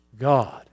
God